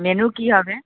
menu কী হবে